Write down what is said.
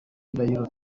ndahiro